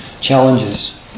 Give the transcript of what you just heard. challenges